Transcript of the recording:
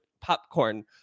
popcorn